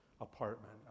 apartment